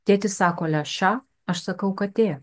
tėtis sako le ša aš sakau katė